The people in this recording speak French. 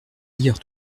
lire